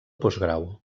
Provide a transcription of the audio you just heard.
postgrau